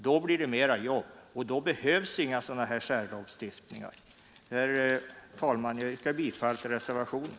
Då blir det mera jobb, och då behövs ingen särlagstiftning. Herr talman! Jag yrkar bifall till reservationen.